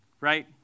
right